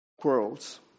quarrels